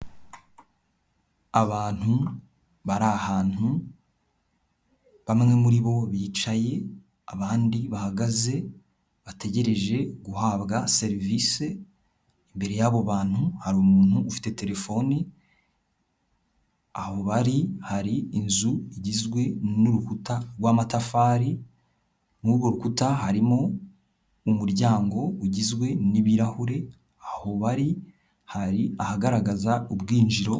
Abantu bari ahantu bamwe muri bo bicaye abandi bahagaze bategereje guhabwa serivisi, imbere yabo bantu hari umuntu ufite telefoni, aho bari hari inzu igizwe n'urukuta rw'amatafari mu urwo rukuta harimo umuryango ugizwe n'ibirahuri, aho bari hari ahagaragaza ubwinjiriro.